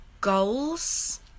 goals